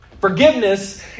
Forgiveness